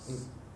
mm